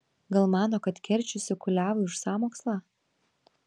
gal mano kad keršysiu kuliavui už sąmokslą